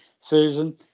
Susan